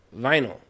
vinyl